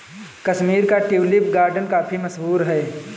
कश्मीर का tulip garden काफी मशहूर है